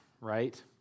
right